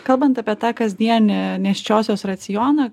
kalbant apie tą kasdienį nėščiosios racioną